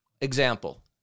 example